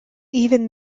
even